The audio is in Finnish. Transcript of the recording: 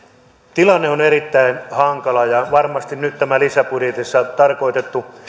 tilanne on erittäin hankala ja varmasti nyt jos tätä lisäbudjetissa tarkoitettua